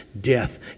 death